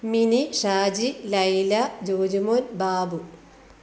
mini Shaji Laila Jojumon Babu